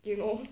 you know